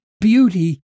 beauty